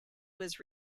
was